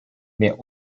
mehr